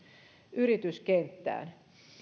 yrityskenttään